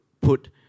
put